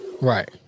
Right